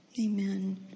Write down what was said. Amen